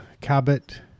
Cabot